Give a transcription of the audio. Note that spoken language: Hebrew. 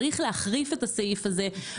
צריך להחריף את הסעיף הזה.